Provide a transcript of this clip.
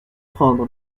prendre